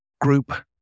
group